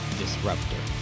disruptor